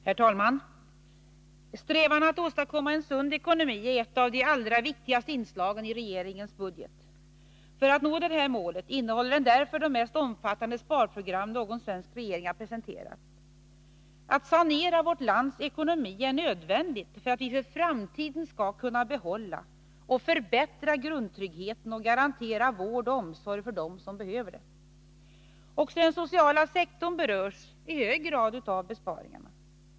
Herr talman! Strävan att åstadkomma en sund ekonomi är ett av de allra viktigaste inslagen i regeringens budget. För att vi skall kunna nå detta mål innehåller denna därför det mest omfattande sparprogram någon svensk regering har presenterat. Att sanera vårt lands ekonomi är nödvändigt för att vi för framtiden skall kunna behålla och förbättra grundtryggheten och garantera vård och omsorg för dem som behöver det. Också den sociala sektorn berörs i hög grad av besparingar.